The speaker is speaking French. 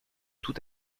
tout